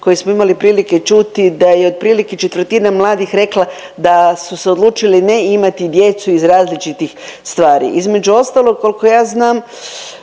koje smo imali priliku čuti da je otprilike četvrtina mladih rekla da su se odlučili ne imati djecu iz različitih stvari. Između ostalog koliko ja znam